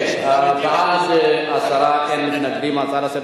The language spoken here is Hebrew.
ההצעות לסדר